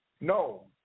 no